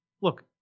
look